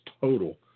total